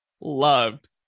loved